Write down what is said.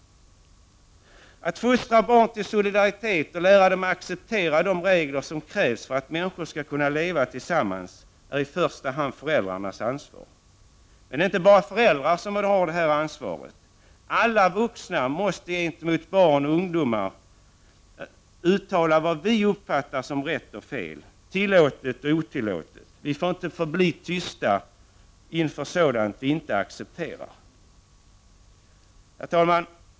Att fostra barn till solidaritet och lära dem acceptera de regler som krävs för att människor skall kunna leva tillsammans är i första hand föräldrarnas ansvar. Men det är inte bara föräldrarna som har detta ansvar. Alla vuxna måste gentemot barn och ungdomar uttala vad vi uppfattar som rätt och fel, tillåtet och otillåtet. Vi får inte förbli tysta inför sådant som vi inte accepterar. Herr talman!